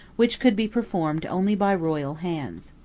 which could be performed only by royal hands.